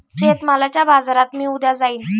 शेतमालाच्या बाजारात मी उद्या जाईन